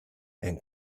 and